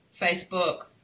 Facebook